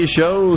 show